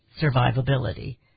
survivability